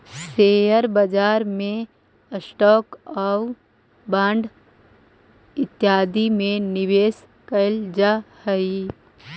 share बाजार में stock आउ बांड इत्यादि में निवेश कैल जा हई